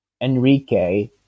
Enrique